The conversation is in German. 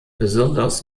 besonders